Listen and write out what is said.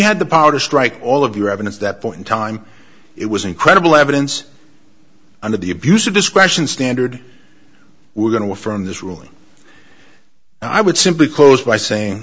had the power to strike all of your evidence that point in time it was incredible evidence under the abuse of discretion standard we're going to affirm this ruling i would simply close by saying